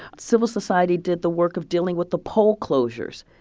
civil society did the work of dealing with the poll closures.